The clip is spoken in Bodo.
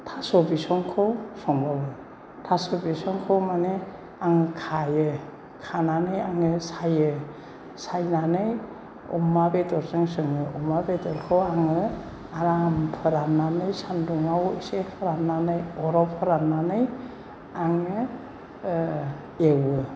थास' बिसंखौ संबावो थास' बिसंखौ माने आं खायो खानानै आङो सायो सायनानै अमा बेदरजों जोङो अमा बेदरखौ आङो आराम फोराननानै सानदुङाव एसे फोराननानै अराव फोराननानै आङो एवो